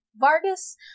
Vargas